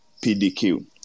PDQ